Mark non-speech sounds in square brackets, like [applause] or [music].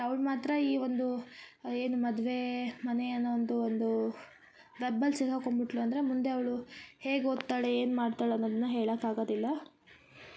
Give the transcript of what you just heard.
ಅವ್ಳ ಮಾತ್ರ ಈ ಒಂದು ಏನು ಮದುವೆ ಮನೆ ಅನ್ನೋವಂಥ ಒಂದು [unintelligible] ಸಿಗಾಕೊಂಡು ಬಿಟ್ಟಳು ಅಂದರೆ ಮುಂದೆ ಅವಳು ಹೇಗ ಓದ್ತಾಳೆ ಏನು ಮಾಡ್ತಾಳ ಅನ್ನೋದನ್ನ ಹೇಳಕ್ಕಾಗದಿಲ್ಲ